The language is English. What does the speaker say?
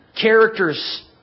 characters